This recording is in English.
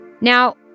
Now